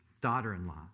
daughter-in-law